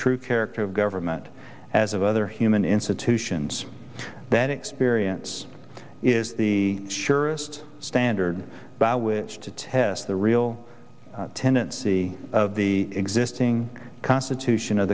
true character of government as of other human institutions that experience is the surest standard by which to test the real tendency of the existing constitution of